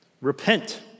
Repent